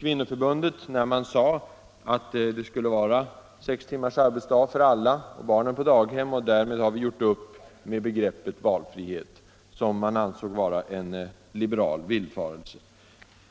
kvinnoförbundet, när man sade att det skulle vara sex timmars arbetsdag för alla, att barnen skulle vara på daghem —- och att man därmed hade gjort upp med begreppet valfrihet, som man ansåg var en liberal villfarelse.